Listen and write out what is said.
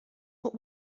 what